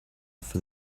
for